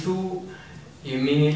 do you mean